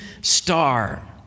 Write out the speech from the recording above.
star